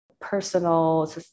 personal